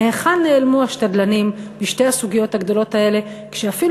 להיכן נעלמו השתדלנים בשתי הסוגיות הגדולות האלה כשאפילו